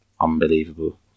unbelievable